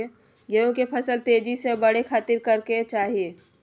गेहूं के फसल तेजी से बढ़े खातिर की करके चाहि?